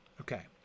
Okay